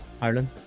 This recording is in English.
Ireland